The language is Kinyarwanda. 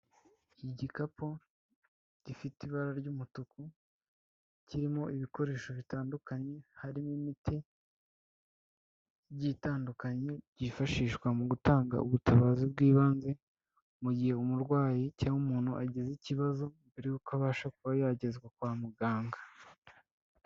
Igikapu gifite ibara ry'umutuku kirimo ibikoresho bitandukanye harimo imiti igiye itandukanye byifashishwa mu gutanga ubutabazi bw'ibanze mu gihe umurwayi cyangwa umuntu agize ikibazo mbere yuko abasha kuba yagezwa kwa muganga.